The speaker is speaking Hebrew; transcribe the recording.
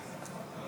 54